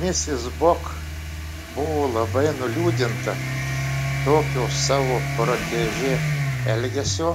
misis bok buvo labai nuliūdinta tokio savo protežė elgesio